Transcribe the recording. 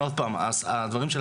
מנושאים שקשורים